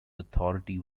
authority